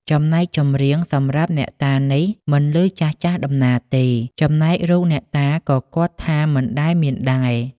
ចំណែកចម្រៀងសម្រាប់អ្នកតានេះ មិនឮចាស់ៗដំណាលទេ ចំណែករូបអ្នកតាក៏គាត់ថាមិនដែលមានដែរ ។